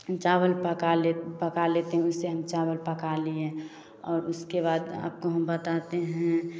चावल पका ले पका लेते हैं उनसे हम चावल पका लिए और उसके बाद आपको बताते हैं